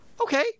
okay